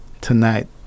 tonight